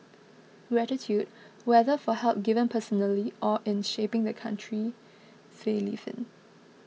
gratitude whether for help given personally or in shaping the country they live in